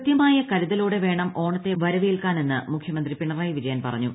കൃത്യമായ കരുതലോടെ വേണം ഓണത്തെ വരവേൽക്കാനെന്ന് മുഖ്യമന്ത്രി പിണറായി വിജയൻ പറഞ്ഞു